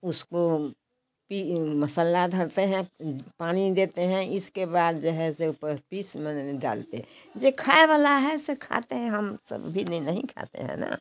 उसको पी मसाला धरते हैं पानी देते हैं इसके बाद जो है सो बर पीस में डालते हैं जे खाय वाला है से खाते हैं हम सभी ने नहीं खाते है ना